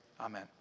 amen